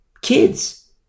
Kids